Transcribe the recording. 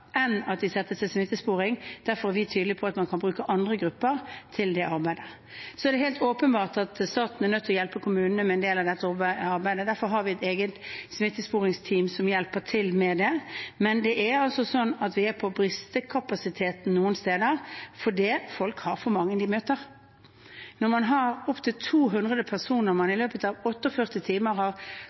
enn at de settes til smittesporing. Derfor er vi tydelige på at man kan bruke andre grupper til det arbeidet. Så er det helt åpenbart at staten er nødt til å hjelpe kommunene med en del av dette arbeidet. Derfor har vi et eget smittesporingsteam som hjelper til med det. Men det er altså sånn at vi er på bristekapasiteten noen steder fordi folk møter for mange. Når man i løpet av 48 timer har kommet i nærkontakt med opptil 200 personer,